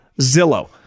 Zillow